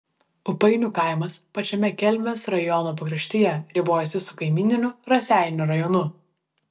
ūpainių kaimas pačiame kelmės rajono pakraštyje ribojasi su kaimyniniu raseinių rajonu